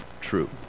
true